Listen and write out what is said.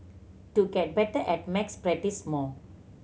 to get better at maths practise more